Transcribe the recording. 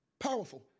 Powerful